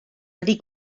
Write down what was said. wedi